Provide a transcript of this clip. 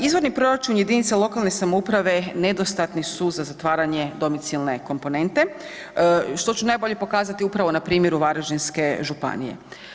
Izvorni proračun jedinica lokalne samouprave nedostatni su za zatvaranje domicilne komponente, što ću najbolje pokazati upravo na primjeru Varaždinske županije.